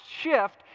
shift